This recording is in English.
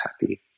happy